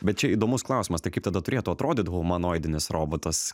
bet čia įdomus klausimas tai kaip tada turėtų atrodyt humanoidinis robotas